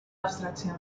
abstracción